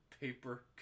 paper